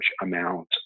amount